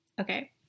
Okay